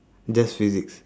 just physics